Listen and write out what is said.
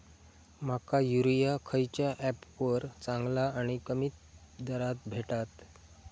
माका युरिया खयच्या ऍपवर चांगला आणि कमी दरात भेटात?